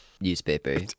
newspaper